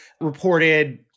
reported